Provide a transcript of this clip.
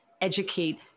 educate